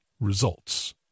results